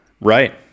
Right